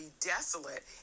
desolate